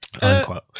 unquote